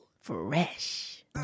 Fresh